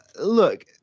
Look